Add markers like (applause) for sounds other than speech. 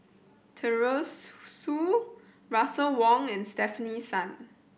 Teresa (unintelligible) Russel Wong and Stefanie Sun